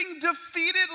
defeated